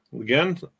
again